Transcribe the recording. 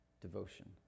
devotion